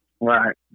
Right